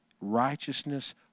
righteousness